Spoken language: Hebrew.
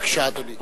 בבקשה, אדוני.